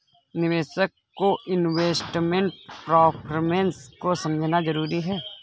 निवेशक को investment performance को समझना जरुरी होता है